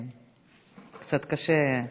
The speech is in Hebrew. כן, קצת קשה.